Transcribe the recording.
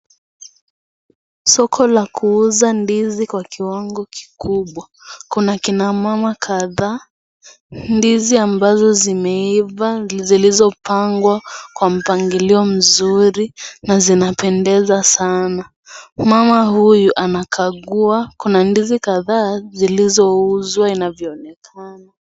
Soko la kuuza ndizi kwa kiwango kikubwa. Kuna kina mama kadhaa, ndizi ambazo zimeiva ndo zilizopangwa kwa mpangilio mzuri na zinapendeza sana. Mama huyu anakagua, kuna ndizi kadhaa zikizouzwa zinaonekana.